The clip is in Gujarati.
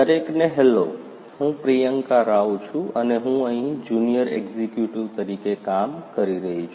દરેકને હેલો હું પ્રિયંકા રાવ છું અને હું અહીં જુનિયર એક્ઝિક્યુટિવ તરીકે કામ કરી રહી છું